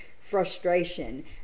frustration